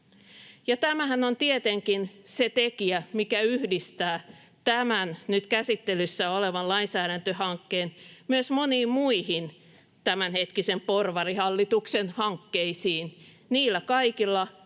Tämähän on tietenkin se tekijä, mikä yhdistää tämän nyt käsittelyssä olevan lainsäädäntöhankkeen myös moniin muihin tämänhetkisen porvarihallituksen hankkeisiin. Niillä kaikilla pyritään vaikuttamaan antagonistiseen